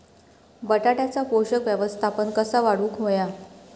बटाट्याचा पोषक व्यवस्थापन कसा वाढवुक होया?